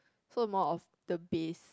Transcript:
so more of the base